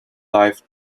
life